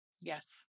Yes